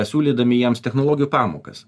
siūlydami jiems technologijų pamokas